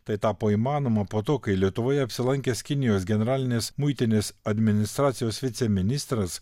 tai tapo įmanoma po to kai lietuvoje apsilankęs kinijos generalinės muitinės administracijos viceministras